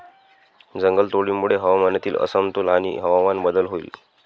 जंगलतोडीमुळे हवामानातील असमतोल आणि हवामान बदल होईल